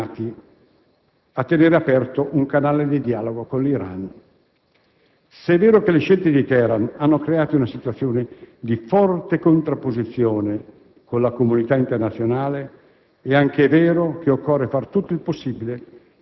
Siamo ugualmente impegnati a tenere aperto un canale di dialogo con l'Iran. Se è vero che le scelte di Teheran hanno creato una situazione di forte contrapposizione con la comunità internazionale,